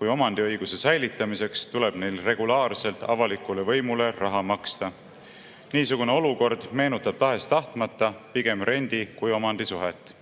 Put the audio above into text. kui omandiõiguse säilitamiseks tuleb neil regulaarselt avalikule võimule raha maksta. Niisugune olukord meenutab tahes-tahtmata pigem rendi- kui omandisuhet.